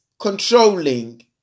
controlling